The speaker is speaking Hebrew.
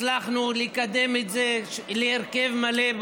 הצלחנו לקדם את זה להרכב מלא,